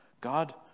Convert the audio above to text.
God